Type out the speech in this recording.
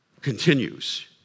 continues